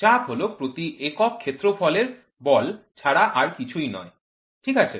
চাপ হল প্রতি একক ক্ষেত্রফলের বল ছাড়া আর কিছুই নয় ঠিক আছে